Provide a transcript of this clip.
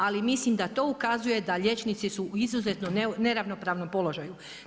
Ali mislim da to ukazuje da liječnici su u izuzetno neravnopravnom položaju.